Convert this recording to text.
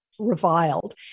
reviled